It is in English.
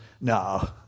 no